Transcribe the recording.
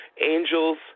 Angels